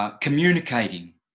communicating